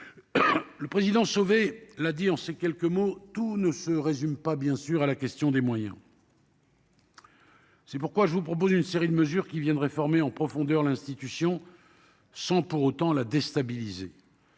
de la justice, l'a indiqué en quelques mots : tout ne se résume pas à la question des moyens. C'est pourquoi je vous propose une série de mesures qui viennent réformer en profondeur l'institution sans pour autant la déstabiliser.